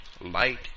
light